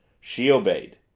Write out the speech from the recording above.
she obeyed.